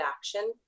action